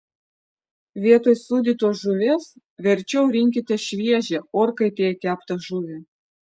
vietoj sūdytos žuvies verčiau rinkitės šviežią orkaitėje keptą žuvį